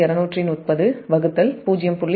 2520